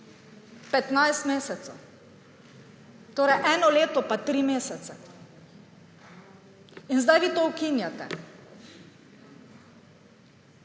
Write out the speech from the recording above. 15 mesecev. Torej eno leto pa 3 mesece. In zdaj vi to ukinjate.